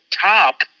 top